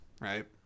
right